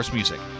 music